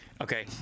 okay